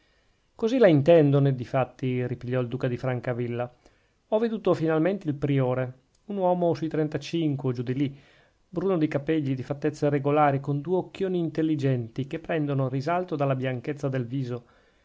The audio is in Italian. così la intendono difatti ripigliò il duca di francavilla ho veduto finalmente il priore un uomo sui trentacinque o giù di lì bruno di capegli di fattezze regolari con due occhioni intelligenti che prendono risalto dalla bianchezza del viso